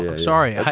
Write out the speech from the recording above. yeah sorry. yeah